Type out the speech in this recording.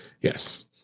yes